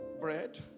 bread